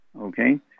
Okay